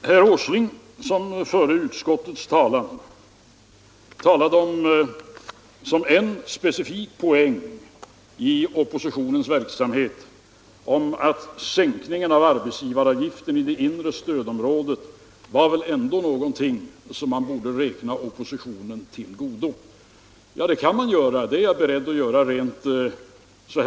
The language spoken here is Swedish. Herr Åsling, som förde utskottets talan, nämnde som en specifik poäng i oppositionens verksamhet att sänkningen av arbetsgivaravgiften i det inre stödområdet ändå var någonting som borde räknas oppositionen till godo. Ja, det är jag beredd att göra rent formellt.